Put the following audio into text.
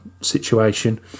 situation